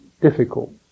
difficult